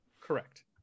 Correct